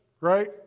right